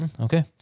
Okay